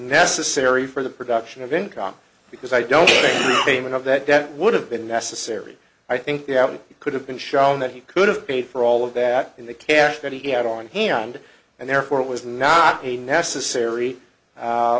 necessary for the production of income because i don't mean of that that would have been necessary i think that we could have been shown that he could have paid for all of that in the cash that he had on hand and therefore it was not a necessary